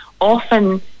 often